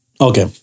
Okay